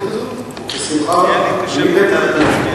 הודעה דרמטית,